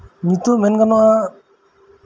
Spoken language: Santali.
ᱱᱤᱛᱚᱜ ᱢᱮᱱ ᱜᱟᱱᱚᱜᱼᱟ